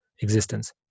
existence